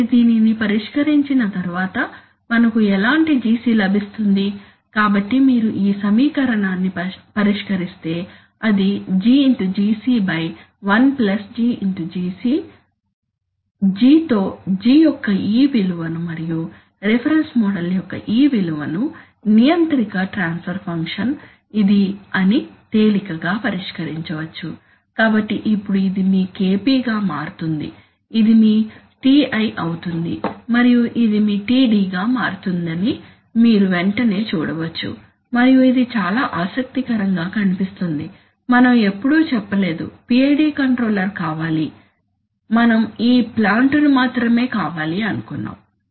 కాబట్టి దీనిని పరిష్కరించిన తరువాత మనకు ఎలాంటి Gc లభిస్తుంది కాబట్టి మీరు ఈ సమీకరణాన్ని పరిష్కరిస్తే అది GGc 1 GGc G తో G యొక్క ఈ విలువ మరియు రిఫరెన్స్ మోడల్ యొక్క ఈ విలువ నియంత్రిక ట్రాన్స్ఫర్ ఫంక్షన్ ఇది అని తేలికగా పరిష్కరించవచ్చు కాబట్టి ఇప్పుడు ఇది మీ Kp గా మారుతుందని ఇది మీ Ti అవుతుంది మరియు ఇది మీ Td గా మారుతుందని మీరు వెంటనే చూడవచ్చు మరియు ఇది చాలా ఆసక్తికరంగా కనిపిస్తుంది మనం ఎప్పుడూ చెప్పలేదు PID కంట్రోలర్ కావాలి మనం ఈ ప్లాంటు ను మాత్రమే కావాలి అనుకున్నాము